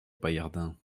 paillardin